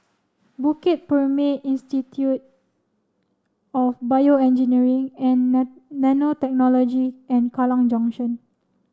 Bukit Purmei Institute of BioEngineering and Nanotechnology and Kallang Junction